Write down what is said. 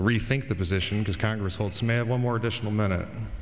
rethink the position because congress holds man one more additional min